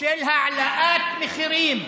של העלאת מחירים.